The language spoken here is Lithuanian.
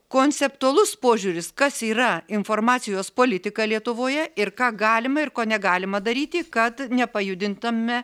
konceptualus požiūris kas yra informacijos politika lietuvoje ir ką galima ir ko negalima daryti kad nepajudintume